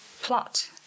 plot